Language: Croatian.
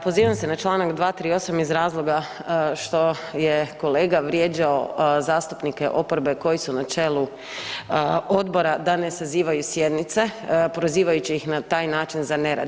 Pozivam se na čl. 238. iz razloga što je kolega vrijeđao zastupnike oporbe koji su na čelu odbora da ne sazivaju sjednice prozivajući ih na taj način za nerad.